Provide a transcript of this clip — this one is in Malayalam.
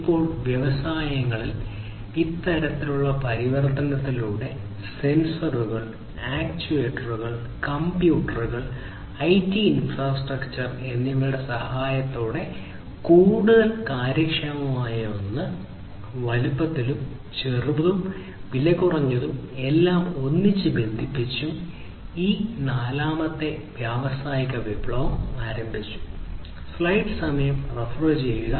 ഇപ്പോൾ വ്യവസായങ്ങളിൽ ഇത്തരത്തിലുള്ള പരിവർത്തനത്തിലൂടെ സെൻസറുകൾ ആക്റ്റേറ്ററുകൾ കമ്പ്യൂട്ടറുകൾ ഐടി ഇൻഫ്രാസ്ട്രക്ചർ എന്നിവയുടെ സഹായത്തോടെ കൂടുതൽ കാര്യക്ഷമമായ ഒന്ന് വലുപ്പത്തിൽ ചെറുതും വിലകുറഞ്ഞതും എല്ലാം ഒന്നിച്ച് ബന്ധിപ്പിച്ചതും ഈ നാലാമത്തെ വ്യാവസായിക വിപ്ലവം ആരംഭിച്ചു